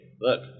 look